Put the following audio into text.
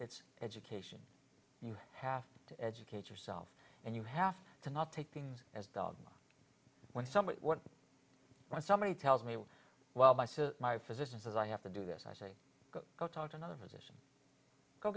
it's education you have to educate yourself and you have to not take things as dog when somebody when somebody tells me while i say my physician says i have to do this i say go talk to another physician go